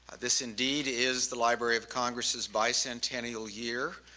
this indeed is the library of congress's bicentennial year.